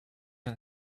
and